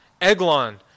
Eglon